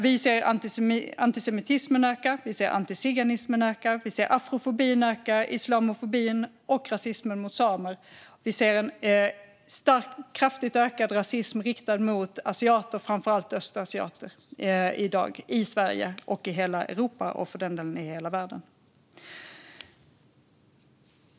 Vi ser hur antisemitismen, antiziganismen, afrofobin, islamofobin och rasismen mot samer ökar. Vi ser en kraftigt ökad rasism mot asiater, framför allt östasiater, i dagens Sverige, Europa och världen.